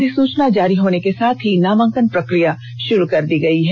अधिसूचना जारी होने के साथ ही नामांकन प्रक्रिया षुरू कर दी गई है